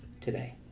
today